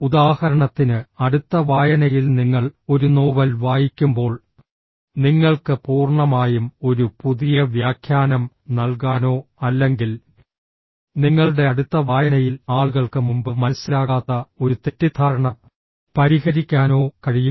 ഉദാഹരണത്തിന് അടുത്ത വായനയിൽ നിങ്ങൾ ഒരു നോവൽ വായിക്കുമ്പോൾ നിങ്ങൾക്ക് പൂർണ്ണമായും ഒരു പുതിയ വ്യാഖ്യാനം നൽകാനോ അല്ലെങ്കിൽ നിങ്ങളുടെ അടുത്ത വായനയിൽ ആളുകൾക്ക് മുമ്പ് മനസ്സിലാകാത്ത ഒരു തെറ്റിദ്ധാരണ പരിഹരിക്കാനോ കഴിയും